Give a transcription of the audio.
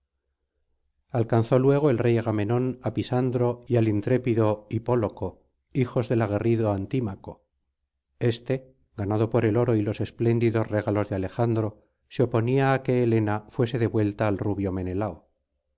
alcanzó luego el rey agamenón á pisandro y al intrépido hipóloco hijos del aguerrido antímaco éste ganado por el oro y los espléndidos regalos de alejandro se oponía á que helena fuese devuelta al rubio menelao